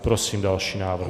Prosím další návrh.